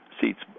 seats